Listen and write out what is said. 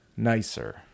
nicer